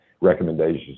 recommendations